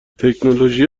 تکنولوژی